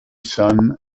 sun